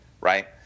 right